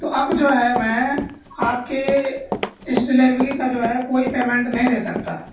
تو اب جو ہے میں آپ کے اس ڈلیوری کا جو ہے کوئی پیمینٹ نہیں دے سکتا